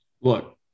Look